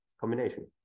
combination